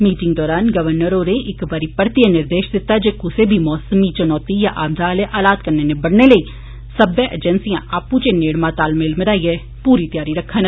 meeting दरान governor होरें इक बारी परतियें निर्देश दित्ता जे कुसै बी मौसमी चुनोती जां आपदा आले हालात कन्ने निबड़ने लेई सब्बै एजेंसियां आपु च नेड़मा तालमेल बनाईयें अपनी पूरी तैयारी रक्खन